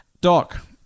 Doc